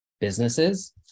businesses